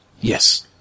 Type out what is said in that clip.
Yes